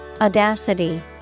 Audacity